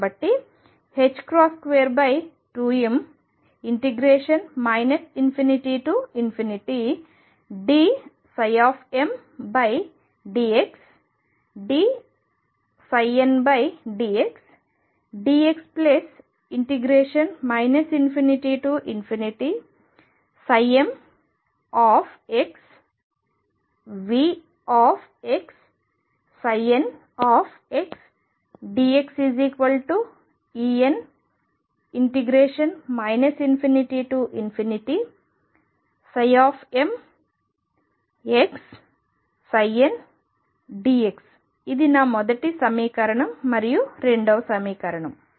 కాబట్టి 22m ∞dmdxdndxdx ∞mVxndxEn ∞mndx ఇది నా మొదటి సమీకరణం మరియు రెండవ సమీకరణం